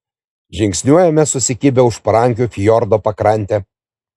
žingsniuojame susikibę už parankių fjordo pakrante